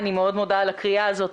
אני מודה מאוד על הקריאה הזו.